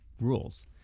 rules